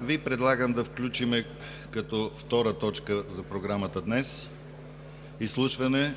Ви предлагам да включим като втора точка за Програмата днес изслушване